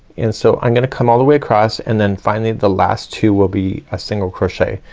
and so i'm gonna come all the way across and then finally the last two will be a single crochet.